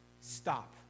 stop